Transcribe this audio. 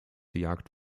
jagd